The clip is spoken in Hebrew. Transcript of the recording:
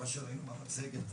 ומה שראינו במצגת